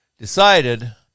decided